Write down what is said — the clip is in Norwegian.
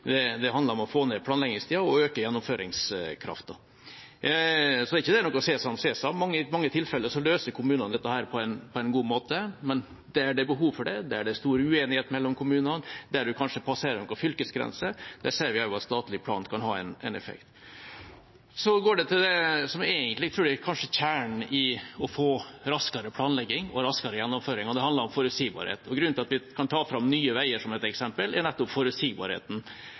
det handler om å få ned planleggingstida og øke gjennomføringskraften. Dette er ikke noe sesam, sesam. I mange tilfeller løser kommunene dette på en god måte. Men der det er behov for det, der det er stor uenighet mellom kommunene, og der man kanskje passerer noen fylkesgrenser, ser vi også at statlig plan kan ha en effekt. Så til det som jeg egentlig tror er kjernen i å få raskere planlegging og raskere gjennomføring, og det handler om forutsigbarhet. Grunnen til at vi kan ta fram Nye Veier som et eksempel, er nettopp forutsigbarheten,